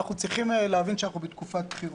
אנחנו צריכים להבין שאנחנו בתקופת בחירות.